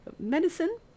medicine